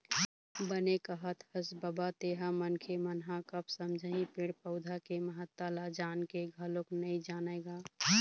बने कहत हस बबा तेंहा मनखे मन ह कब समझही पेड़ पउधा के महत्ता ल जान के घलोक नइ जानय गा